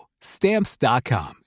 Stamps.com